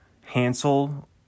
Hansel